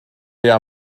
der